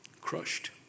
crushed